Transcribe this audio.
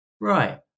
right